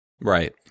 Right